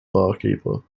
barkeeper